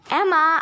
Emma